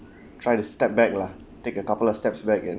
try to step back lah take a couple of steps back in